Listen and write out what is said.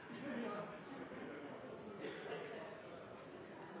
Ja, men